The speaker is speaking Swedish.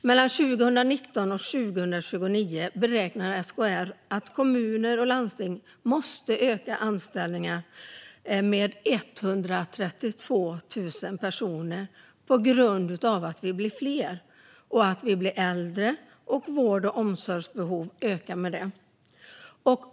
SKR beräknar att kommuner och landsting mellan 2019 och 2029 måste öka antalet anställda med 132 000 personer på grund av att vi blir fler, att vi blir äldre och att vård och omsorgsbehoven därför ökar.